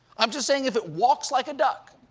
i'm just saying, if it walks like a duck,